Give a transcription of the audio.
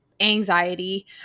anxiety